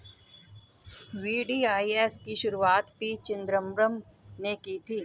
VDIS की शुरुआत P Chidambaram ने की थी